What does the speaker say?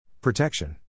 Protection